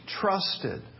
trusted